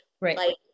Right